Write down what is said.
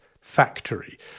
factory